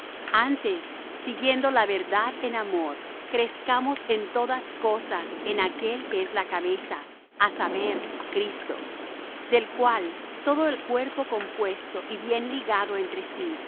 antes siguiendo la verdad en amor crezcamos en todas cosas en aquel que es la cabeza a saber cristo del cual todo el cuerpo compuesto y bien ligado entre sí